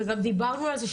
וגם דיברנו על זה,